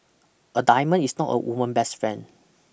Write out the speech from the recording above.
a diamond is not a woman's best friend